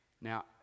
Now